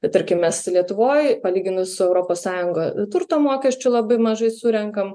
vat tarkim mes lietuvoj palyginus su europos sąjunga turto mokesčių labai mažai surenkam